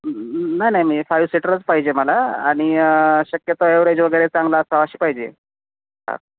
नाही नाही मी फाइव सीटरच पाहिजे मला आणि शक्यतो ॲवरेज वगैरे चांगला असा अशी पाहिजे ह